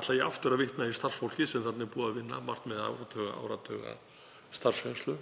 ætla ég aftur að vitna í starfsfólkið sem þarna er búið að vinna, margt með áratugastarfsreynslu.